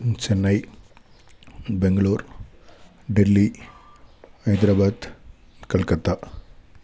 Chennai Bengaluru Delhi Hyderabad Calcutta